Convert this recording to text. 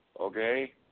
Okay